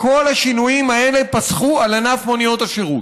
כל השינויים האלה פסחו על ענף מוניות השירות.